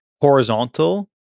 horizontal